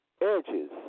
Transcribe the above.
Edges